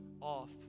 off